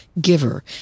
giver